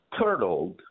turtled